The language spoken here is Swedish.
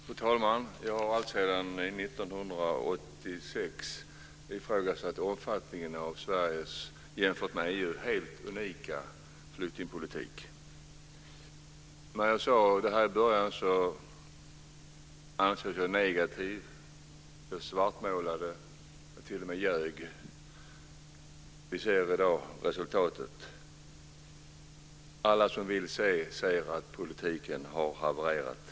Fru talman! Jag har alltsedan 1986 ifrågasatt omfattningen av Sveriges jämfört med EU:s helt unika flyktingpolitik. När jag sade detta i början ansågs jag negativ. Jag svartmålade och t.o.m. ljög. I dag ser vi resultatet. Alla som vill ser att politiken har havererat.